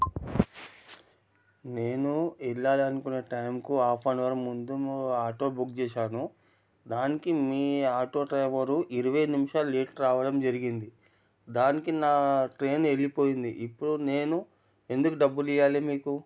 నేను వెళ్ళాలనుకున్న టైమ్కు హాఫ్ అన్ అవర్ ముందు ఆటో బుక్ చేశాను దానికి మీ ఆటో డ్రైవరు ఇరవై నిమిషాలు లేట్ రావడం జరిగింది దానికి నా ట్రైన్ వెళ్ళిపోయింది ఇప్పుడు నేను ఎందుకు డబ్బులు ఇవ్వాలి మీకు